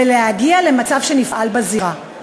ולהגיע למצב שנפעל בזירה.